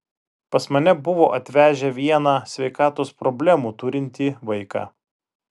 pas mane buvo atvežę vieną sveikatos problemų turintį vaiką